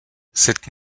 cette